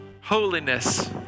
holiness